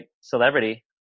celebrity